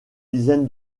dizaine